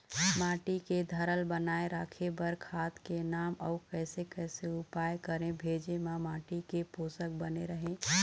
माटी के धारल बनाए रखे बार खाद के नाम अउ कैसे कैसे उपाय करें भेजे मा माटी के पोषक बने रहे?